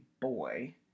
boy